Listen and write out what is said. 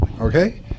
Okay